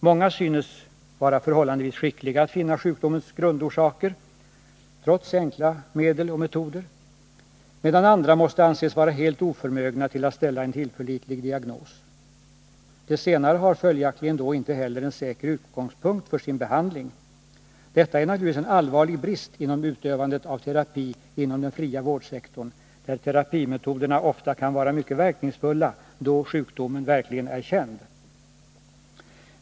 Många synes vara förhållandevis skickliga att finna sjukdomens grundorsaker — trots enkla medel och metoder — medan andra måste anses vara helt oförmögna att ställa en tillförlitlig diagnos. De senare har följaktligen inte heller en säker utgångspunkt för sin behandling. Detta är naturligtvis en allvarlig brist inom utövandet av terapi inom ”den fria vårdsektorn”, där terapimetoderna ofta kan vara mycket verkningsfulla då sjukdomen är känd.